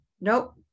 nope